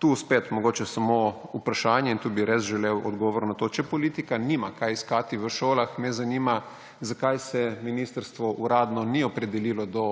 tu spet mogoče samo vprašanje in tu bi res želel odgovor na to. Če politika nima kaj iskati v šolah, me zanima, zakaj se ministrstvo uradno ni opredelilo do